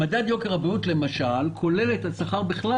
מדד יוקר הבריאות למשל כולל את השכר בכלל,